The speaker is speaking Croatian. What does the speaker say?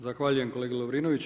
Zahvaljujem kolegi Lovrinoviću.